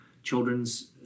children's